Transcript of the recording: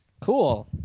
Cool